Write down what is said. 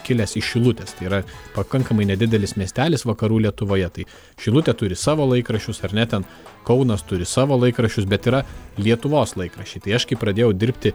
kilęs iš šilutės tai yra pakankamai nedidelis miestelis vakarų lietuvoje tai šilutė turi savo laikraščius ar ne ten kaunas turi savo laikraščius bet yra lietuvos laikraščiai tai aš kai pradėjau dirbti